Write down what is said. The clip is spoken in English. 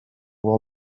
will